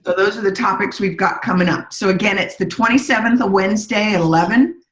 those are the topics we've got coming up. so again, it's the twenty seventh, wednesday eleven,